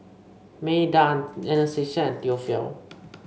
Meda Anastasia and Theophile